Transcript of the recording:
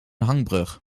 hangbrug